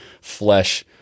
flesh